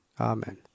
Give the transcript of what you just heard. Amen